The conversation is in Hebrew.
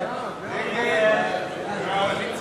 ההצעה